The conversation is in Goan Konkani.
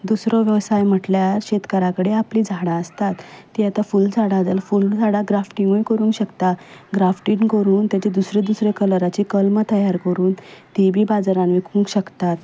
दुसरो वेवसाय म्हटल्यार शेतकारा कडेन आपलीं झाडां आसतात तीं आतां फुलझाडां फुलझाडां ग्राफ्टिंगूय करूंक शकता ग्राफ्टिंग करून ताचे दुसरे दुसरे कलराचे तयार करून तीं बीं बाजारांत विकूंक शकतात